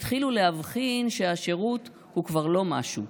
התחילו להבחין שהשירות הוא כבר לא מש'ו: